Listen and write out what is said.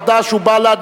חד"ש ובל"ד,